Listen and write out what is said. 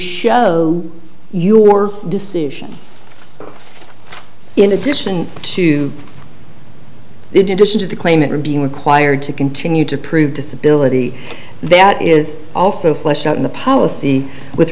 show your decision in addition to to the claimant are being required to continue to prove disability that is also fleshed out in the policy with